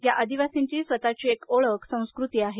या आदिवासींची स्वतःची एक ओळख संस्कृती आहे